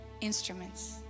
instruments